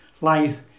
life